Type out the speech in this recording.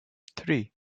three